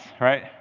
right